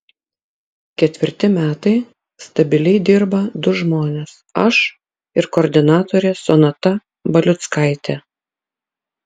ketvirti metai stabiliai dirba du žmonės aš ir koordinatorė sonata baliuckaitė